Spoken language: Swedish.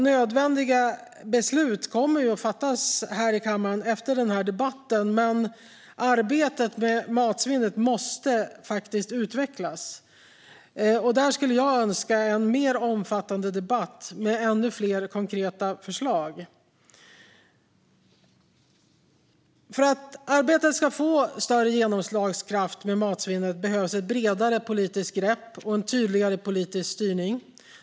Nödvändiga beslut kommer att fattas här i kammaren efter den här debatten. Arbetet med matsvinnet måste utvecklas, och jag skulle önska en mer omfattande debatt med ännu fler konkreta förslag. För att arbetet med matsvinnet ska få större genomslagskraft behövs ett bredare politiskt grepp och en tydligare politisk styrning.